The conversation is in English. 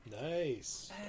nice